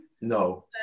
No